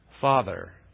father